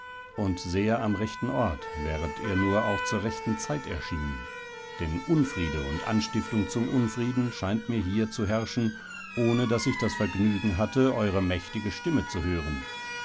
und sehr am rechten ort wäret ihr nur auch zur rechten zeit erschienen denn unfriede und anstiftung zum unfrieden scheint mir hier zu herrschen ohne daß ich das vergnügen hatte eure mächtige stimme zu hören